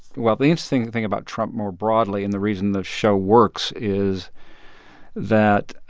well, the interesting thing about trump more broadly, and the reason the show works, is that,